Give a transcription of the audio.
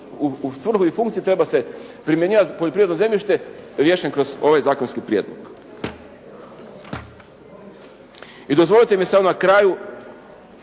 u svrhu i funkciju treba se primjenjivati poljoprivredno zemljište riješen kroz ovaj zakonski prijedlog. I dozvolite mi samo na kraju